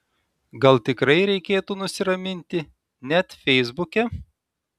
gal tikrai reikėtų nusiraminti net feisbuke